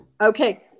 Okay